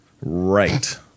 Right